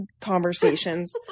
conversations